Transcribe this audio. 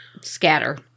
Scatter